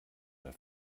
der